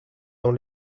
dans